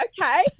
okay